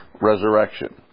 resurrection